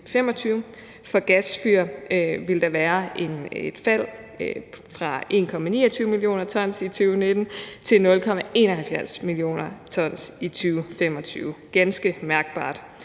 for gasfyr vil der være et fald fra 1,29 mio. t i 2019 til 0,71 mio. t i 2025 – ganske mærkbart